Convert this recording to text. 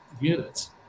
units